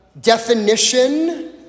definition